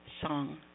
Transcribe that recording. song